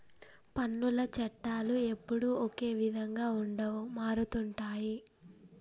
పన్నుల చట్టాలు ఎప్పుడూ ఒకే విధంగా ఉండవు మారుతుంటాయి